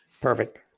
perfect